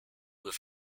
with